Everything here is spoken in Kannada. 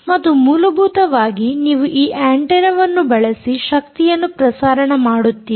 ಮತ್ತು ಮೂಲಭೂತವಾಗಿ ನೀವು ಈ ಆಂಟೆನ್ನವನ್ನು ಬಳಸಿ ಶಕ್ತಿಯನ್ನು ಪ್ರಸಾರಣ ಮಾಡುತ್ತೀರಿ